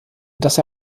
dass